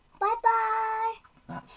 Bye-bye